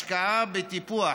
השקעה בטיפוח